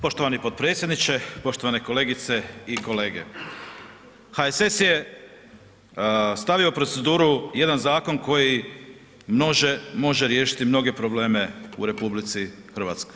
Poštovani potpredsjedniče, poštovane kolegice i kolege, HSS je stavio u proceduru jedan zakon koji može riješiti mnoge probleme u RH.